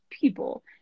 people